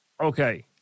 okay